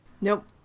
Nope